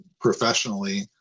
professionally